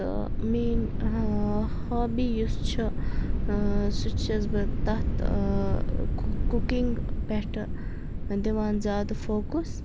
تہٕ میٲنۍ ہابی یُس چھِ سُہ چھس بہٕ تتھ کُکنگ پیٹھ دِوان زِیادٕ فوکُس